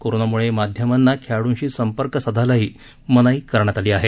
कोरोनामुळे माध्यमांना खेळाडूंशी संपर्क साधायला मनाई करण्यात आली आहे